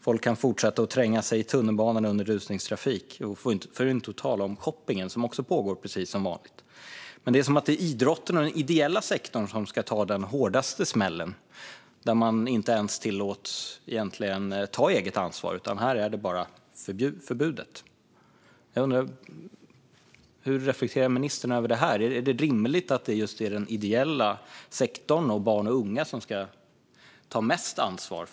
Folk kan också fortsätta att trängas i tunnelbanan i rusningstrafik, för att inte tala om shoppingen som också pågår precis som vanligt. Det är som att det är idrotten och den ideella sektorn som ska ta den hårdaste smällen. Där tillåts man egentligen inte ens att ta eget ansvar, utan där är det bara förbjudet. Hur reflekterar ministern över det här? Är det rimligt att det är just den ideella sektorn och barn och unga som ska ta mest ansvar?